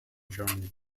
germany